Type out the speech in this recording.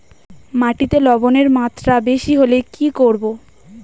মাটিতে লবণের মাত্রা বেশি হলে কি করব?